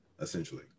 essentially